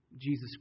Jesus